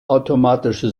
automatische